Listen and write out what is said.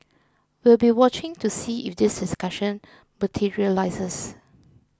we'll be watching to see if this discussion materialises